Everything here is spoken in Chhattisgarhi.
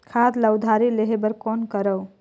खाद ल उधारी लेहे बर कौन करव?